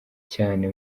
cyane